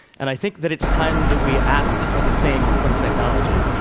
and i think that it's time that we asked for the same from technology.